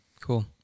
Cool